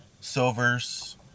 silvers